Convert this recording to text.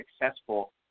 successful